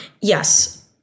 Yes